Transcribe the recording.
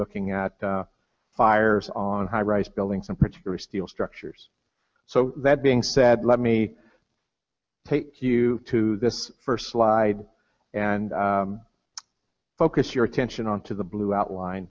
looking at fires on high rise buildings in particular steel structures so that being said let me take you to this first slide and focus your attention on to the blue outline